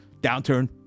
downturn